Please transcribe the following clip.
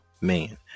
man